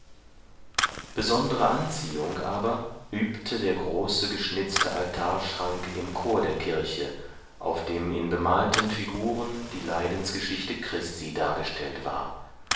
besondere anziehung aber übte der große geschnitzte altarschrank im chor der kirche auf dem in bemalten figuren die leidensgeschichte christi dargestellt war